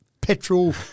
petrol